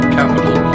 capital